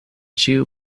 ĉiu